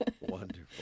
Wonderful